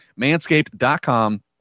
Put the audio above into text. manscaped.com